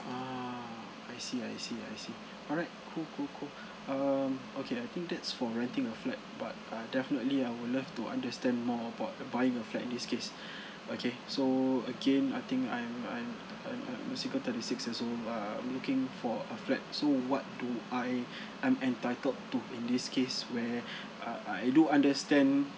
ah I see I see I see alright cool cool cool um okay I think that's for renting a flat but I definitely I would love to understand more about the buying a flat in this case okay so again I think I'm I'm uh I'm uh single thirty six years old I'm looking for a flat so what do I I'm entitled to in this case where uh I do understand